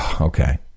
okay